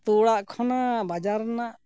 ᱟᱹᱛᱩ ᱚᱲᱟᱜ ᱠᱷᱚᱱᱟᱜ ᱵᱟᱡᱟᱨ ᱨᱮᱱᱟᱜ